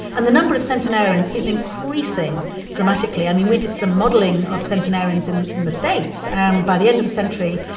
and the number of centenarians is increasing dramatically. i mean, we did some modelling of centenarians in in the states, and by the end of the century,